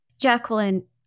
Jacqueline